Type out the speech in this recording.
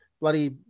bloody